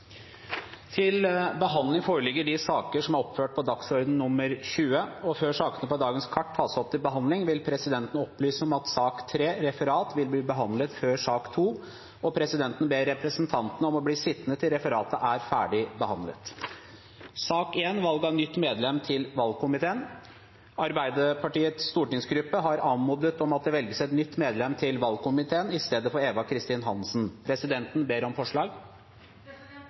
Før sakene på dagens kart tas opp til behandling, vil presidenten opplyse om at sak nr. 3, Referat, vil bli behandlet før sak nr. 2, og presidenten ber representantene om å bli sittende til referatet er ferdig behandlet. Arbeiderpartiets stortingsgruppe har anmodet om at det velges et nytt medlem til valgkomiteen i stedet for Eva Kristin Hansen. Presidenten ber om forslag.